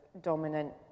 dominant